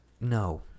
No